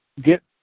get